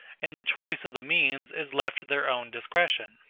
and the choice the means is left to their own discretion.